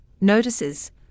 notices